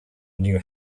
new